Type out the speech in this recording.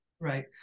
right